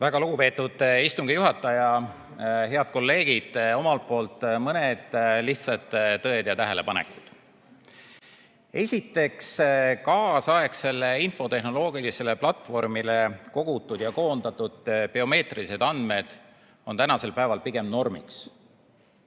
Väga lugupeetud istungi juhataja! Head kolleegid! Omalt poolt mõned lihtsad tõed ja tähelepanekud. Esiteks, kaasaegsele infotehnoloogilisele platvormile kogutud ja koondatud biomeetrilised andmed on tänasel päeval pigem normiks.